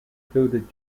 included